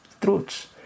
truths